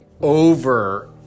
over